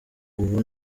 ubu